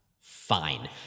Fine